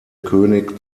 könig